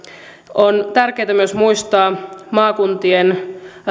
on tärkeätä myös muistaa maakuntien